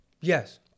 Yes